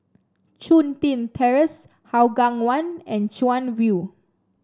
Chun Tin Terrace Hougang One and Chuan View